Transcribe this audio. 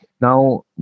Now